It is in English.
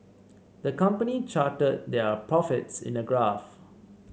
the company charted their profits in a graph